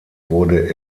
wurde